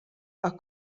are